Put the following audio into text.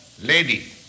lady